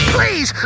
Please